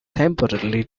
temporarily